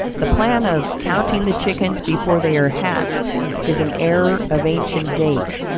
the plan of counting the chickens before they are hatched is an error of ancient date,